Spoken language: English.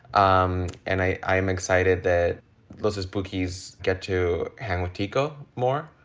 um and i i am excited that this is bookie's get to hang with teco more.